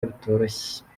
bitoroshye